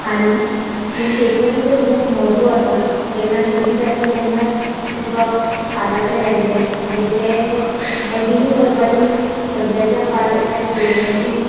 हानी पूण शेतवडीचो खूब म्हत्व आसा जेन्ना शेतीं जातली तेन्नाच तुका खाता तें मेळटलें आनी तें कंटीन्यू करपाची सद्याच्या काळांतल्या आनी भुरग्यांची